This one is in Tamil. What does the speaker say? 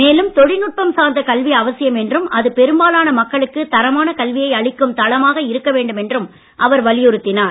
மேலும் தொழில்நுட்பம் சார்ந்த கல்வி அவசியம் என்றும் அது பெரும்பாலான மக்களுக்கு தரமான கல்வியை அளிக்கும் தளமாக இருக்க வேண்டும் என்றும் அவர் வலியுறுத்தினார்